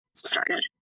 started